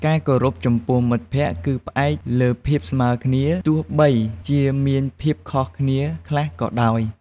ការគោរពចំពោះមិត្តភក្តិគឺផ្អែកលើភាពស្មើគ្នា ទោះបីជាមានភាពខុសគ្នាខ្លះក៏ដោយ។